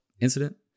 incident